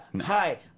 Hi